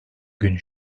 gün